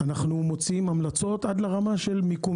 אנחנו מוציאים המלצות עד לרמה של מיקום